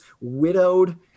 widowed